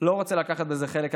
לא רוצה לקחת בזה חלק,